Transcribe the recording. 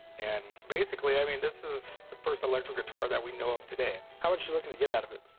and basically, i mean, this is the first electric guitar that we know of today. how much are you looking to get out of it?